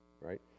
right